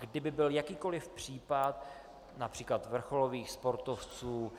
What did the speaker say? Kdyby byl jakýkoli případ např. vrcholových sportovců,